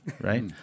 Right